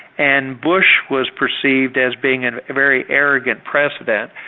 and bush was perceived as being and a very arrogant president,